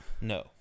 No